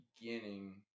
beginning